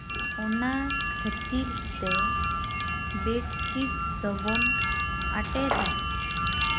ᱚᱱᱟ ᱠᱷᱟᱹᱛᱤᱨ ᱛᱮ ᱵᱮᱰ ᱥᱤᱴ ᱫᱚᱵᱚᱱ ᱟᱴᱮᱫᱟ